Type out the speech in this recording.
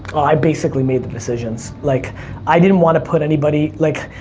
i basically made the decisions, like, i didn't want to put anybody, like,